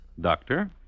Doctor